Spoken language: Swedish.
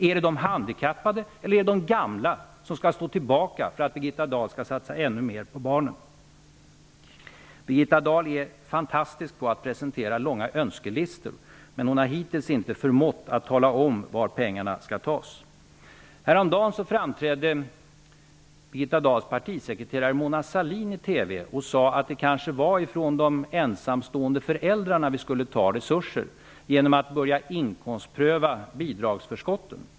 Är det de handikappade eller de gamla som skall stå tillbaka därför att Birgitta Dahl skall satsa ännu mer på barnen? Birgitta Dahl är fantastisk på att presentera långa önskelistor, men hon har hittills inte förmått tala om var pengarna skall tas. Häromdagen framträdde Birgitta Dahls partisekreterare Mona Sahlin i TV och sade att det kanske var från de ensamstående föräldrarna vi skulle ta resurser, genom att börja inkomstpröva bidragsförskotten.